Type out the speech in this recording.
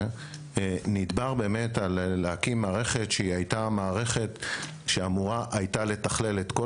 דובר על להקים מערכת שאמורה הייתה לתכלל את כל